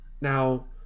Now